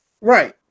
Right